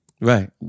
Right